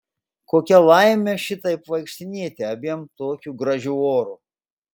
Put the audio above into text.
kokia laimė šitaip vaikštinėti abiem tokiu gražiu oru